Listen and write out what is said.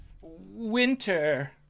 Winter